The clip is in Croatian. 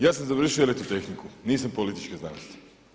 Ja sam završio elektrotehniku, nisam političke znanosti.